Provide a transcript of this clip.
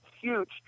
huge